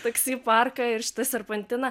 taksi parką ir šitą serpantiną